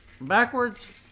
backwards